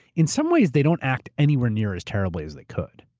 in some ways they don't act anywhere near as terribly as they could.